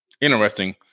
Interesting